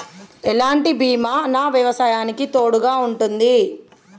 ఎలాంటి బీమా నా వ్యవసాయానికి తోడుగా ఉంటుంది?